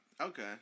Okay